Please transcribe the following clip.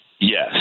Yes